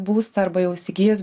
būstą arba jau įsigijus